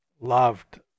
loved